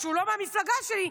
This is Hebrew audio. שהוא לא מהמפלגה שלי,